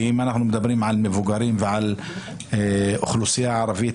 כי אם אנחנו מדברים על מבוגרים ועל אוכלוסייה ערבית,